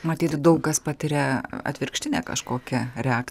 matyt daug kas patiria atvirkštinę kažkokią reak